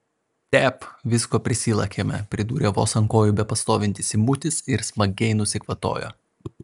tep visko prisilakėme pridūrė vos ant kojų bepastovintis simutis ir smagiai nusikvatojo